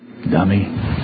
dummy